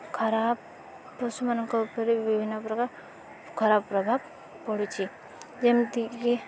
ଖରାପ ପଶୁମାନଙ୍କ ଉପରେ ବିଭିନ୍ନପ୍ରକାର ଖରାପ ପ୍ରଭାବ ପଡ଼ୁଛି ଯେମିତିକି